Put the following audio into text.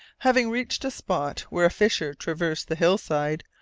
having reached a spot where a fissure traversed the hillside,